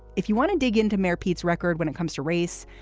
if you want to dig into mayor pete's record when it comes to race.